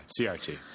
CRT